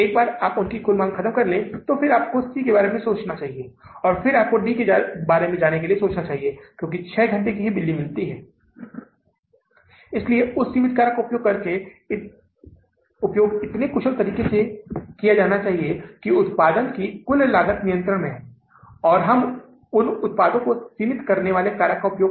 fixtures कुछ भी नहीं है हमारे पास जुलाई के महीने में या अगस्त के महीने में कोई फिक्सचर्स नहीं हैं इसलिए उसके लिए कोई भुगतान नहीं है इसलिए आपको यह पता लगाना होगा कि शुद्ध नकद प्राप्त वितरित किया गया शुद्ध शेष राशि क्या है